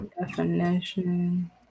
definition